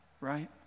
Right